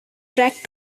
track